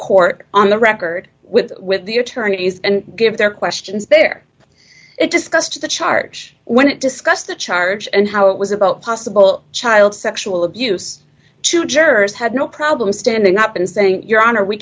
court on the record with with the attorneys and give their questions bare it discussed the charge when it discussed the charge and how it was about possible child sexual abuse to jurors had no problem standing up and saying your honor we